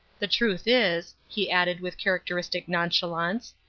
the truth is, he added with characteristic nonchalance,